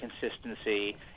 consistency